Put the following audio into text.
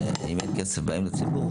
ואם אין כסף אז באים לציבור